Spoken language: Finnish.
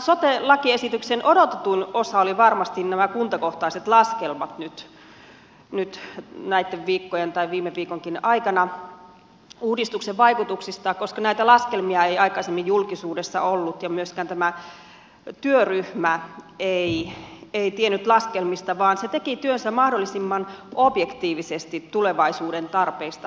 sote lakiesityksen odotetuin osa oli varmasti kuntakohtaiset laskelmat nyt näitten viikkojen tai viime viikonkin aikana uudistuksen vaikutuksista koska näitä laskelmia ei aikaisemmin julkisuudessa ollut ja myöskään tämä työryhmä ei tiennyt laskelmista vaan se teki työnsä mahdollisimman objektiivisesti tulevaisuuden tarpeista lähtien